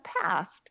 past